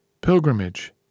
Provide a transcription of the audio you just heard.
Pilgrimage